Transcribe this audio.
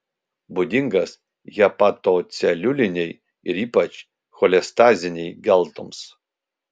būdingas hepatoceliulinei ir ypač cholestazinei geltoms